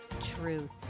truth